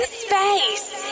space